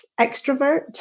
extrovert